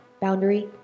Boundary